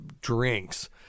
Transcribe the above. drinks